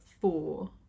four